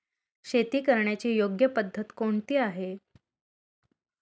शेती करण्याची योग्य पद्धत कोणती आहे?